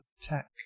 tech